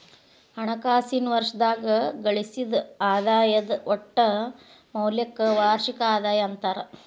ಹಣಕಾಸಿನ್ ವರ್ಷದಾಗ ಗಳಿಸಿದ್ ಆದಾಯದ್ ಒಟ್ಟ ಮೌಲ್ಯಕ್ಕ ವಾರ್ಷಿಕ ಆದಾಯ ಅಂತಾರ